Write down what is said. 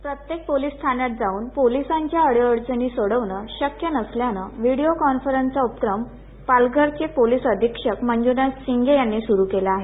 प्रत्येक पोलीस ठाण्यात जाऊन पोलीसांच्या अडीअडचणी सोडवणं शक्य नसल्यानं व्हिडीओ कॉन्फरन्सचा उपक्रम पालघर चे पोलीस अधीक्षक मंजूनाथ सिंग यांनी सुरू केला आहे